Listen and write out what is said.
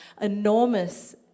enormous